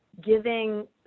giving